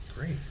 Great